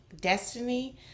destiny